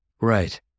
Right